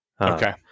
Okay